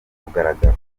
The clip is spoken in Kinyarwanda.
mugaragaro